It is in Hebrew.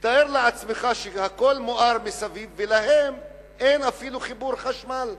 תאר לעצמך שהכול מואר מסביב ולהם אין אפילו חיבור חשמל.